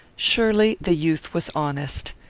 surely the youth was honest.